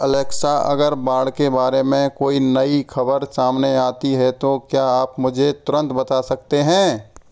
Alexa अगर बाढ़ के बारे में कोई नई खबर सामने आती है तो क्या आप मुझे तुरंत बता सकते हैं